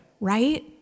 right